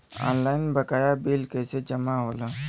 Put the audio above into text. Online बकाया bill कैसे जमा होला?